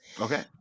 okay